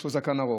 יש לו זקן ארוך,